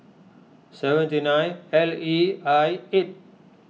seventy nine L E I eight